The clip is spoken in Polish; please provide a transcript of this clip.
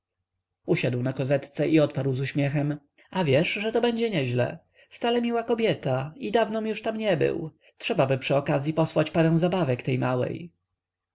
usiadł na kozetce i odparł z uśmiechem a wiesz że to będzie nieźle wcale miła kobieta i dawnom już tam nie był trzebaby przy okazyi posłać parę zabawek tej małej